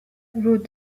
wrote